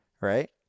right